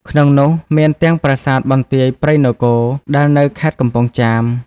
ក្នុងនោះ មានទាំងប្រាសាទបន្ទាយព្រៃនគរ ដែលនៅខេត្តកំពង់ចាម។